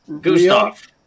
Gustav